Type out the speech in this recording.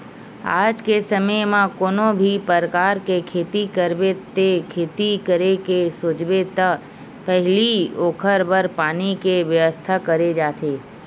आज के समे म कोनो भी परकार के खेती करबे ते खेती करे के सोचबे त पहिली ओखर बर पानी के बेवस्था करे जाथे